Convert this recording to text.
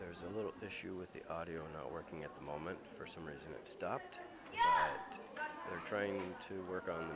there was a little issue with the audio not working at the moment for some reason i stopped trying to work on